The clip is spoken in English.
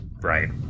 right